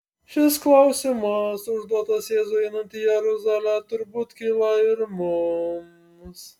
šis klausimas užduotas jėzui einant į jeruzalę turbūt kyla ir mums